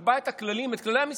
נקבע את כללי המשחק.